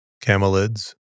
camelids